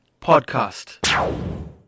podcast